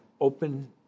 open